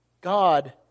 God